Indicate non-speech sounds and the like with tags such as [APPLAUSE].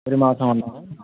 ഒരു മാസം [UNINTELLIGIBLE]